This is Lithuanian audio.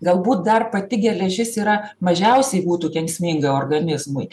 galbūt dar pati geležis yra mažiausiai būtų kenksminga organizmui